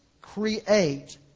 create